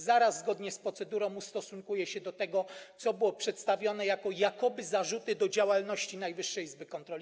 Zaraz zgodnie z procedurą ustosunkuję się do tego, co było przedstawione jako jakoby zarzuty co do działalności Najwyższej Izby Kontroli.